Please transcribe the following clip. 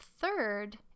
third